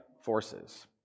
forces